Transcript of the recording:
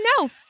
no